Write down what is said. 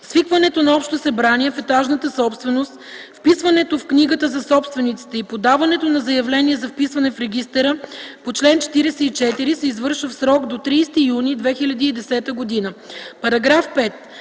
Свикването на общо събрание в етажната собственост, вписването в книгата за собствениците и подаването на заявление за вписване в регистъра по чл. 44 се извършва в срок до 30 юни 2010 г.